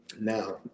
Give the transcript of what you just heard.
Now